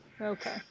Okay